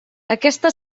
aquesta